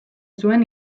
zuen